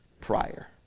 prior